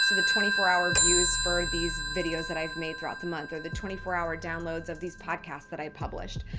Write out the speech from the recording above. so the twenty four hour views for these videos that i've made throughout the month or the twenty four hour downloads of these podcasts that i published.